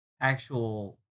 actual